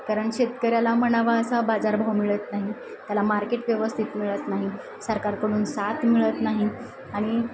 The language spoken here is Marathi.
कारण शेतकऱ्याला म्हणावा असा बाजारभाव मिळत नाही त्याला मार्केट व्यवस्थित मिळत नाही सरकारकडून साथ मिळत नाही आणि